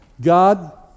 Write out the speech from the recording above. God